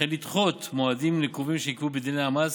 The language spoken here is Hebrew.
וכן לדחות מועדים נקובים שנקבעו בדיני המס